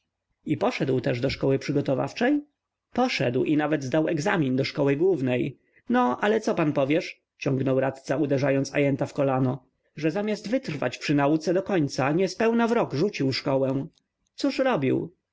i poszedł też do szkoły przygotowawczej poszedł i nawet zdał egzamin do szkoły głównej no ale co pan powiesz ciągnął radca uderzając ajenta w kolano że zamiast wytrwać przy nauce do końca niespełna w rok rzucił szkołę cóż robił